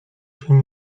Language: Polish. się